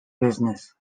business